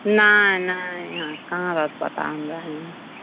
नहि नहि कहाँ रहत पता हमरा हियाँ